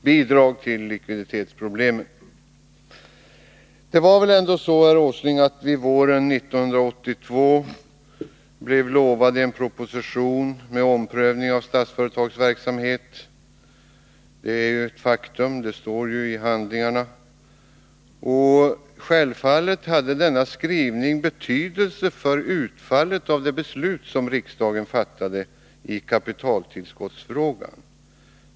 företagens verk Det var väl ändå så, herr Åsling, att vi till våren 1982 blev lovade en samhet och framproposition med omprövning av Statsföretags verksamhet. Det är ett id faktum, det står ju i handlingarna. Självfallet hade denna skrivning betydelse för utfallet av det beslut som riksdagen fattade i kapitaltillskottsfrågan.